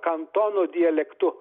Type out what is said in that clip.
kantono dialektu